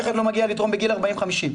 תודה.